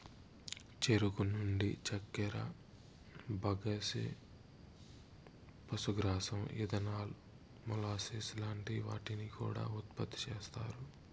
చెరుకు నుండి చక్కర, బగస్సే, పశుగ్రాసం, ఇథనాల్, మొలాసిస్ లాంటి వాటిని కూడా ఉత్పతి చేస్తారు